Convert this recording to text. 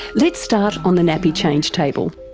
let's start on the nappy change table.